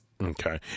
Okay